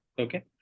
okay